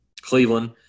Cleveland